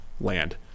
land